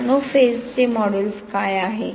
nano फेजचे modulus काय आहे